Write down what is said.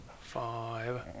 Five